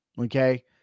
Okay